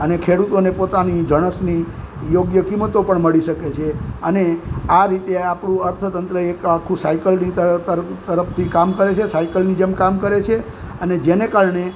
અને ખેડૂતોને પોતાની જણસની યોગ્ય કિંમતો પણ મળી શકે છે અને આ રીતે આપણું અર્થતંત્ર એક આખું સાઇકલની ત તરફ તરફથી કામ કરે છે સાઇકલની જેમ કામ કરે છે અને જેને કારણે